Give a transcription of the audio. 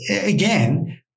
Again